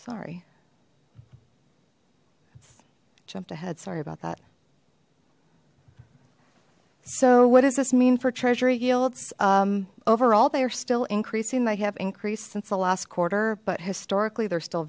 sorry jumped ahead sorry about that so what does this mean for treasury yields overall they are still increasing they have increased since the last quarter but historically they're still